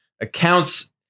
accounts